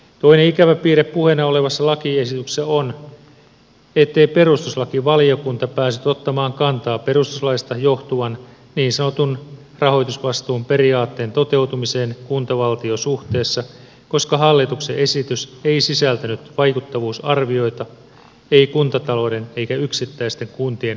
toinen ikävä piirre puheena olevassa lakiesityksessä on ettei perustuslakivaliokunta päässyt ottamaan kantaa perustuslaista johtuvan niin sanotun rahoitusvastuun periaatteen toteutumiseen kuntavaltio suhteessa koska hallituksen esitys ei sisältänyt vaikuttavuusarvioita ei kuntatalouden eikä yksittäisten kuntien osalta